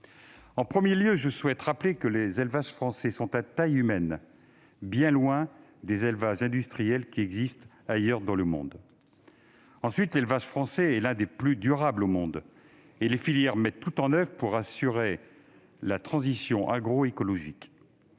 En premier lieu, je souhaite rappeler que les élevages français sont à taille humaine, bien loin des élevages industriels qui existent ailleurs dans le monde. Ensuite, l'élevage français est l'un des plus durables au monde. Les filières mettent tout en oeuvre pour assurer la transition agroécologique.